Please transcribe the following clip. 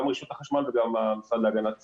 רשות החשמל וגם המשרד להגנת הסביבה,